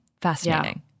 fascinating